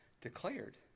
declared